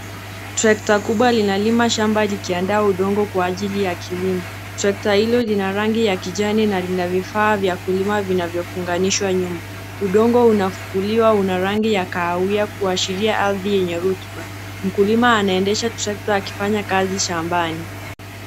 Trekta kubwa linalima shamba likiaanda udongo kwa ajili ya kilimo. Trekta hilo lina rangi ya kijani na lina vifaa vya kulima vinavyofunganishwa nyuma. Udongo unafukuliwa una rangi ya kahawia kuashiria ardhi yenye rutuba. Mkulima anaendesha trekta akifanya kazi shambani.